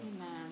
Amen